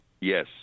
Yes